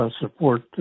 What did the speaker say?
Support